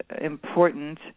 important